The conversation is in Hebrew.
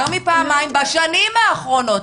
יותר מפעמיים, בשנים האחרונות.